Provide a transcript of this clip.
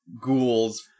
ghouls